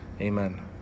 amen